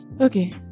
Okay